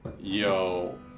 yo